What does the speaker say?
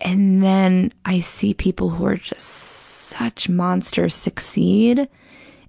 and then i see people who are just such monsters succeed